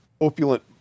opulent